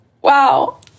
wow